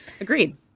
Agreed